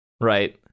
right